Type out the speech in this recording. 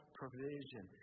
provision